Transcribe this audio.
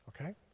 Okay